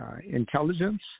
intelligence